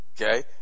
okay